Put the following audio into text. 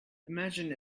imagine